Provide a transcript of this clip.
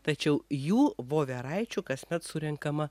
tačiau jų voveraičių kasmet surenkama